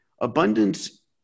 Abundance